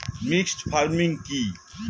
Mixed farming কি?